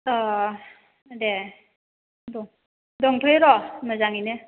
ओह दे र' दंथ'यो र' मोजाङैनो